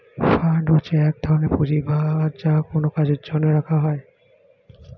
fund হচ্ছে এক ধরনের পুঁজি যা কোনো কাজের জন্য রাখা হয়